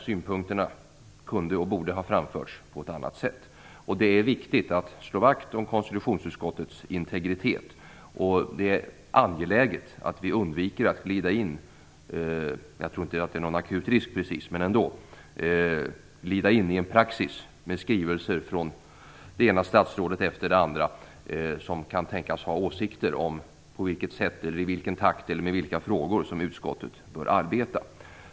Synpunkterna kunde och borde ha framförts på annat sätt. Det är viktigt att slå vakt om konstitutionsutskottets integritet. Det är angeläget att vi undviker att glida in i en praxis med skrivelser från det ena statsrådet efter det andra som kan tänkas ha åsikter om på vilket sätt och med vilka frågor utskottet bör arbeta.